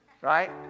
right